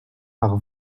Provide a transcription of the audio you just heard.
par